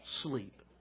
sleep